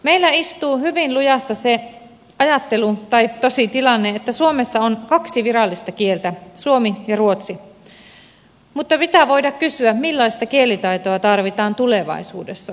meillä istuu hyvin lujassa se ajattelu tai tositilanne että suomessa on kaksi virallista kieltä suomi ja ruotsi mutta pitää voida kysyä millaista kielitaitoa tarvitaan tulevaisuudessa